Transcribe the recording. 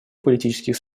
политических